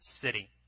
city